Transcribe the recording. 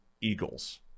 Eagles